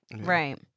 Right